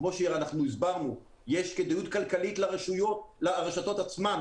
כמו שהסברנו יש כדאיות כלכלית לרשתות עצמן,